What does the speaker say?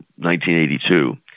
1982